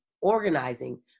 organizing